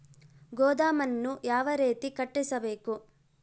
ಗೋದಾಮನ್ನು ಯಾವ ರೇತಿ ಕಟ್ಟಿಸಬೇಕು?